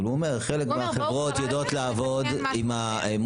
הוא אומר שחלק מהחברות יודעות לעבוד מול